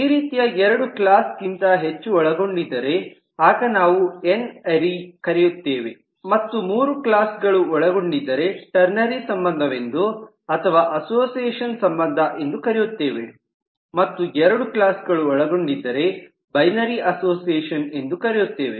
ಈ ರೀತಿ ಎರಡು ಕ್ಲಾಸ್ ಗಿಂತ ಹೆಚ್ಚು ಒಳಗೊಂಡಿದ್ದರೆ ಆಗ ನಾವು ಎನ್ ಅರೇ ಕರೆಯುತ್ತೇವೆ ಮತ್ತು ಮೂರು ಕ್ಲಾಸ್ ಗಳು ಒಳಗೊಂಡಿದ್ದರೆ ಟರ್ನೆರಿ ಸಂಬಂಧವೆಂದು ಅಥವಾ ಅಸೋಸಿಯೇಷನ್ ಸಂಬಂಧ ಎಂದು ಕರೆಯುತ್ತೇವೆ ಮತ್ತು ಎರಡು ಕ್ಲಾಸ್ ಗಳು ಒಳಗೊಂಡಿದ್ದರೆ ಬೈನೆರಿ ಅಸೋಸಿಯೇಷನ್ ಎಂದು ಕರೆಯುತ್ತೇವೆ